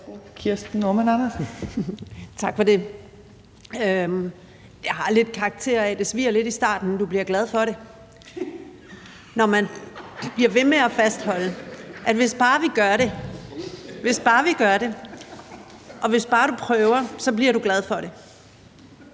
Kirsten Normann Andersen (SF): Tak for det. Det har lidt karakter af, at man siger: Det svier lidt i starten, men du bliver glad for det. Man bliver ved med at fastholde: Hvis bare vi gør det, og hvis bare du prøver, så bliver du glad for det.